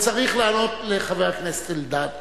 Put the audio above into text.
הוא צריך לענות לחבר הכנסת אלדד,